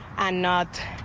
and not.